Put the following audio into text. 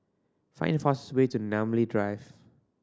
find the fastest way to Namly Drive